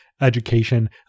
education